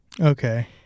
Okay